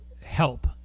help